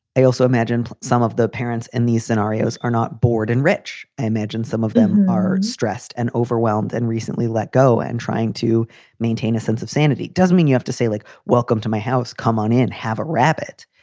i also imagine some of the parents in these scenarios are not bored and rich. i imagine some of them are stressed and overwhelmed and recently let go. and trying to maintain a sense of sanity doesn't mean you have to say, like, welcome to my house. come on in. have a rabbit.